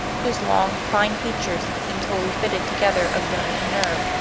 whose long, fine features seemed wholly fitted together of bone and nerve,